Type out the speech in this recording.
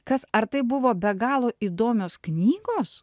kas ar tai buvo be galo įdomios knygos